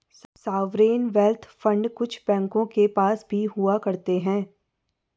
sovereign wealth fund कुछ बैंकों के पास भी हुआ करते हैं